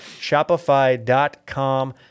shopify.com